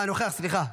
אה, נוכח, סליחה.